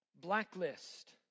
Blacklist